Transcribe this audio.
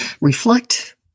Reflect